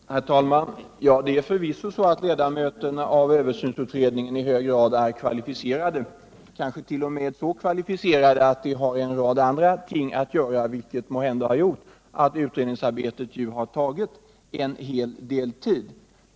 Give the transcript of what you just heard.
Herr talman! Ja, det är förvisso så att ledamöterna av översynsutredningen i hög grad är kvalificerade — kanske t.o.m. så kvalificerade att de har en hel del andra uppgifter, vilket måhända har gjort att utredningsarbetet har dragit ut på tiden.